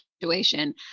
situation